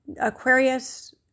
Aquarius